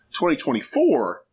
2024